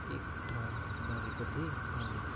एक ठाउँ मागेको थिएँ अनि